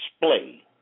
display